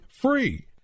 free